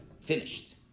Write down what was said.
finished